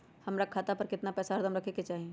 हमरा खाता पर केतना पैसा हरदम रहे के चाहि?